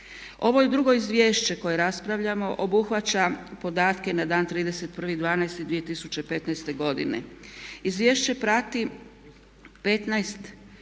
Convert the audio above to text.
Ovo drugo izvješće koje raspravljamo obuhvaća podatke na dan 31.12.2015. godine. Izvješće prati 15